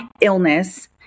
illness